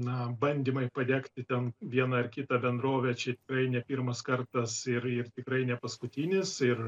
na bandymai padegti ten vieną ar kitą bendrovę čia tikrai ne pirmas kartas ir ir tikrai ne paskutinis ir